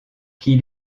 qui